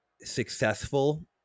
successful